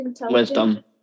wisdom